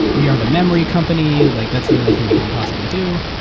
we are the memory company. like that's the only thing we can possibly do.